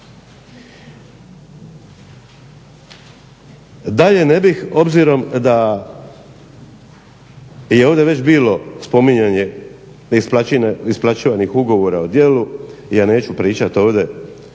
Dalje ne bih obzirom da je ovdje bilo spominjanje neisplaćivanih ugovora o djelu, ja neću pričati ovdje